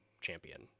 champion